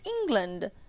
England